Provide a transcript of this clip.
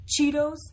Cheetos